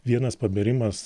vienas pabėrimas